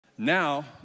Now